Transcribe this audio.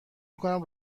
میکنم